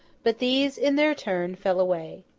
but these, in their turn, fell away.